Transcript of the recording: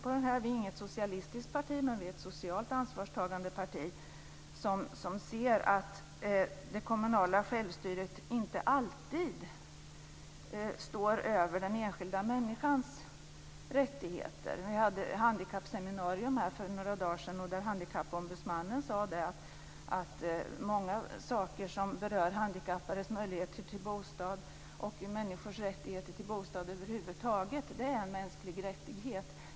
Vi är inget socialistiskt parti, men vi är ett socialt ansvarstagande parti som ser att det kommunala självstyret inte alltid står över den enskilda människans rättigheter. Vi hade ett handikappseminarium för några dagar sedan där handikappombudsmannen sade att många saker som berör handikappades möjligheter till bostad och människors rättighet till bostad över huvud taget är en mänsklig rättighet.